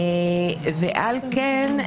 ועל כן,